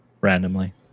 randomly